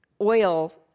oil